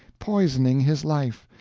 poisoning his life,